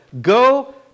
go